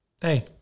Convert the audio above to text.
hey